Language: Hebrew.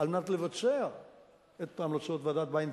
כדי לבצע את המלצות ועדת-ביין,